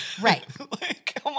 Right